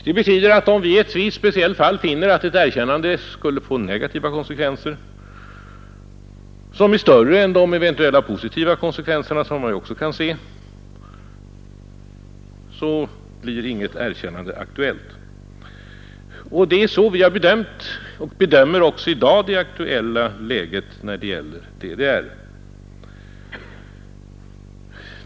Det betyder att om vii ett visst speciellt fall finner att ett erkännande skulle få negativa konsekvenser, som är större än de eventuella positiva konsekvenser som man också kan se, så blir inget erkännande aktuellt. Det är så vi har bedömt och bedömer också i dag det aktuella läget när det gäller DDR.